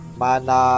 mana